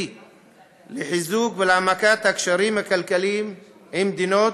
לחיזוק ולהעמקת הקשרים הכלכליים עם מדינות,